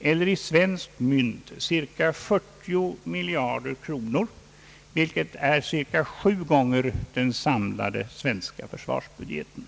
eller i svenskt mynt cirka 40 miljarder kronor, vilket är cirka sju gånger den samlade svenska försvarsbudgeten.